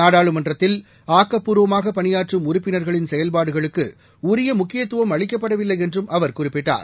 நாடாளுமன்றத்தில் ஆக்கப்பூர்வமாக பணியாற்றும் உறுப்பினர்களின் செயல்பாடுகளுக்கு உரிய முக்கியத்துவம் அளிக்கப்படவில்லை என்றும் அவர் குறிப்பிட்டார்